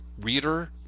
reader